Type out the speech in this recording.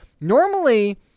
normally